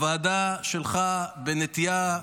הוועדה שלך בנטייה,